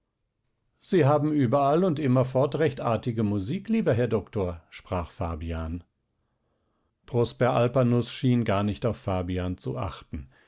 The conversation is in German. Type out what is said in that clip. sie haben überall und immerfort recht artige musik lieber herr doktor sprach fabian prosper alpanus schien gar nicht auf fabian zu achten